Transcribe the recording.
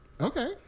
Okay